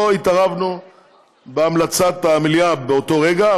לא התערבנו בהמלצת המליאה באותו רגע,